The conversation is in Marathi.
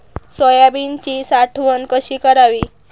सोयाबीनची साठवण कशी करावी?